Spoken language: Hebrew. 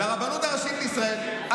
לרבנות הראשית לישראל,